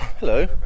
Hello